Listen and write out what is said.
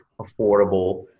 affordable